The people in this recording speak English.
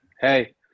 Hey